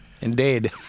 Indeed